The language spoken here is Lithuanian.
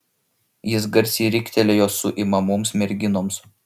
jis garsiai riktelėjo suimamoms merginoms